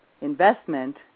investment